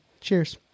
cheers